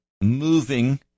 moving